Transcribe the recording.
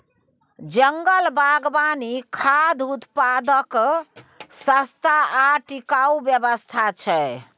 जंगल बागवानी खाद्य उत्पादनक सस्ता आ टिकाऊ व्यवस्था छै